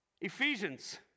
Ephesians